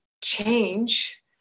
change